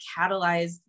catalyzed